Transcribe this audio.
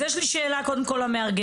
אז יש לי שאלה, קודם כול, למארגנים.